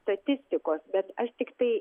statistikos bet aš tiktai